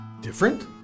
Different